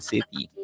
City